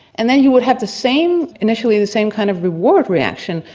and then you would have the same, initially the same kind of reward reaction,